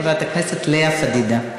חברת הכנסת לאה פדידה.